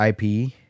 IP